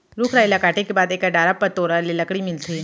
रूख राई ल काटे के बाद एकर डारा पतोरा ले लकड़ी मिलथे